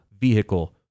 vehicle